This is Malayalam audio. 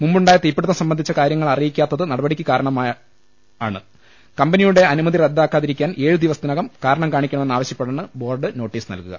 മുമ്പുണ്ടായ തീപിടുത്തം സംബ ന്ധിച്ച കാര്യങ്ങൾ അറിയിക്കാത്തതു നടപടിക്ക് കാരണമാണ് കമ്പനിയുടെ അനുമതി റദ്ദാക്കാതിരിക്കാൻ ഏഴു ദിവസത്തിനകം കാരണം കാണിക്കണമെന്നാവശ്യപ്പെട്ടാണ് ബ്യോർഡ് നോട്ടീസ് നൽകുക